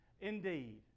indeed